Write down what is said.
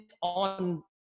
on